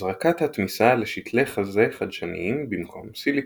הזרקת התמיסה לשתלי חזה חדשניים במקום סיליקון.